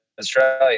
Australia